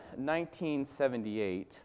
1978